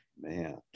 Man